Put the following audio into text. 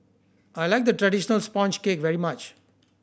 I like the traditional sponge cake very much